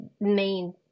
main